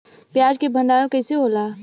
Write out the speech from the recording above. प्याज के भंडारन कइसे होला?